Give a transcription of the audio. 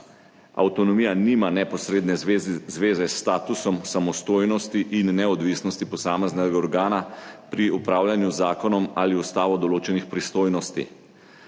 avtonomija nima neposredne zveze s statusom samostojnosti in neodvisnosti posameznega organa pri upravljanju z zakonom ali z ustavo določenih pristojnosti.